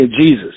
Jesus